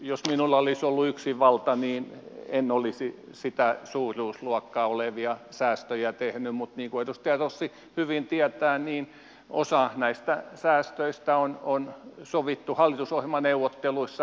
jos minulla olisi ollut yksinvalta niin en olisi sitä suuruusluokkaa olevia säästöjä tehnyt mutta niin kuin edustaja rossi hyvin tietää osa näistä säästöistä on sovittu hallitusohjelmaneuvotteluissa